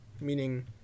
Meaning